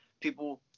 People